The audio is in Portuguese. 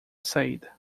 saída